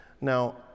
Now